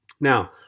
Now